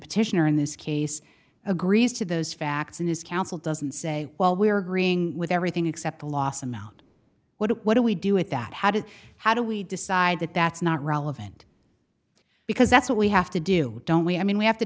petitioner in this case agrees to those facts and his counsel doesn't say well we are green with everything except the last amount what do we do with that how did how do we decide that that's not relevant because that's what we have to do don't we i mean we have to